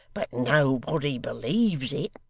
but nobody believes it